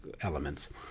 elements